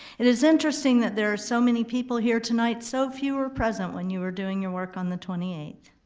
it is interesting that there are so many people here tonight, so few were present when you were doing your work on the twenty eighth.